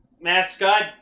mascot